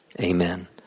amen